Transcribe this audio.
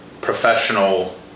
professional